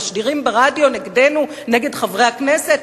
בתשדירים ברדיו נגדנו, נגד חברי הכנסת?